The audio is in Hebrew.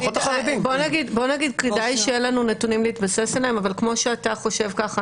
בוא נגיד שכדאי שיהיו לנו נתונים להתבסס עליהם אבל כמו שאתה חושב ככה,